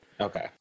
Okay